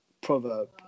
proverb